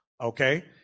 Okay